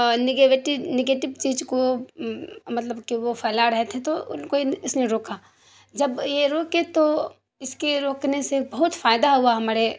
نگیگیٹی negative چیز کو مطلب کہ وہ پھیلا رہے تھے تو ان کو اس نے روکا جب یہ روکے تو اس کے روکنے سے بہت فائدہ ہوا ہمارے